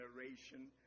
generation